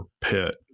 pet